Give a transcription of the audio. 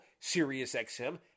SiriusXM